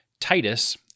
Titus